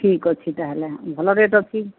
ଠିକ୍ ଅଛି ତା'ହେଲେ ଭଲ ରେଟ୍ ଅଛି